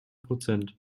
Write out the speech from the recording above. prozent